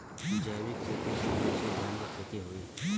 जैविक खेती से कईसे धान क खेती होई?